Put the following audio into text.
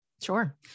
Sure